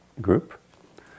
group